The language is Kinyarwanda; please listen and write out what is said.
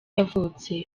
yavutse